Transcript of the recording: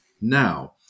now